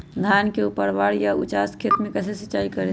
धान के ऊपरवार या उचास खेत मे कैसे सिंचाई करें?